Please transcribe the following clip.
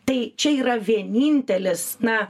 tai čia yra vienintelis na